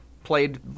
played